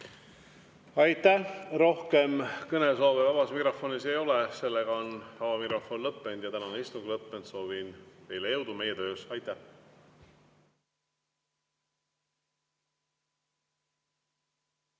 Aitäh! Rohkem kõnesoove vabas mikrofonis ei ole. Vaba mikrofon on lõppenud ja tänane istung on lõppenud. Soovin teile jõudu meie töös. Aitäh!